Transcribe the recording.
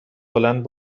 بلند